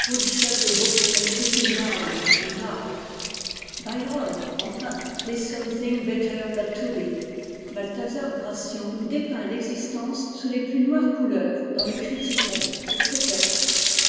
byron enfin tis someting better not to be balthazar gracian nous dé peint l'existence sous les plus noires couleurs dont le criticon etc